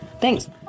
Thanks